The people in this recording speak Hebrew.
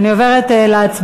נתקבלה.